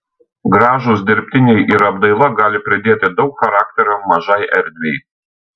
gražūs dirbtiniai ir apdaila gali pridėti daug charakterio mažai erdvei